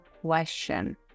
question